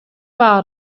war